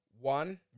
one